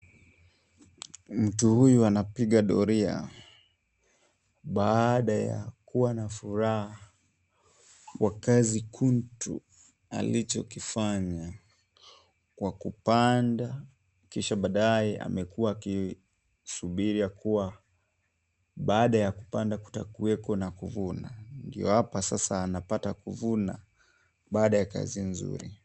Mtu huyu anapiga doria baada ya kuwa na furaha kwa kazi kuntu alichokifanya, kwa kupanda kisha baadaye amekuwa akisubiria kuwa baada ya kupanda kutakuweko na kuvuna, ndio hapa sasa anapata kuvuna baada ya kazi nzuri.